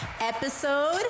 episode